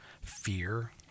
fear